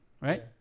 right